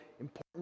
important